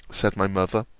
said my mother,